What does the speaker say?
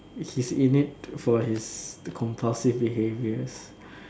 he's in it for his compulsive behaviours